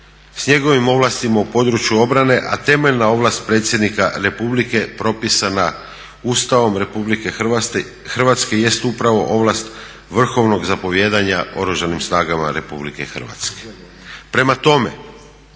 s njegovim ovlastima u području obrane, a temeljna ovlast predsjednika Republike propisana Ustavom RH jest upravo ovlast vrhovnog zapovijedanja Oružanim snagama RH. Prema tome,